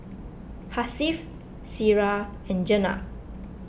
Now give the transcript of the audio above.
Hasif Syirah and Jenab